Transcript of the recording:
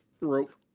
rope